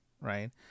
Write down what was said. right